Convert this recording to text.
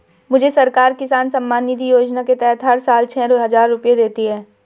मुझे सरकार किसान सम्मान निधि योजना के तहत हर साल छह हज़ार रुपए देती है